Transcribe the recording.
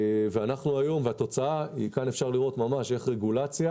אתה תוצאה אפשר לראות ממש איך רגולציה